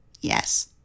Yes